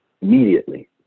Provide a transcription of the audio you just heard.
immediately